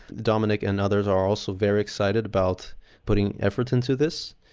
dominic and others are also very excited about putting effort into this.